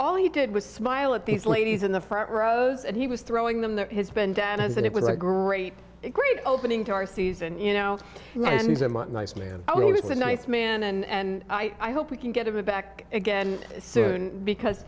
all he did was smile at these ladies in the front rows and he was throwing them there has been that is that it was a great great opening to our season you know nice man oh he was a nice man and i hope we can get him back again soon because